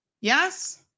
Yes